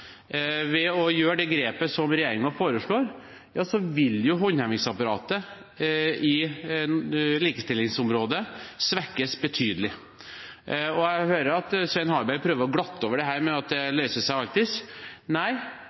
ved å splitte opp fagmiljøene, ved å ta det grepet som regjeringen foreslår, vil håndhevingsapparatet på likestillingsområdet svekkes betydelig. Jeg hører at Svein Harberg prøver å glatte over dette med at det løser seg alltids.